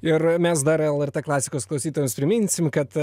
ir mes dar lrt klasikos klausytojams priminsim kad